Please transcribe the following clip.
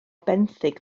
benthyg